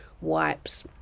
wipes